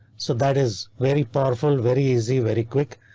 so that is very powerful. very easy, very quick.